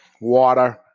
water